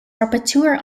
rapporteur